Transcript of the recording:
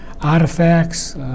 artifacts